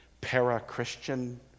para-Christian